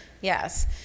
Yes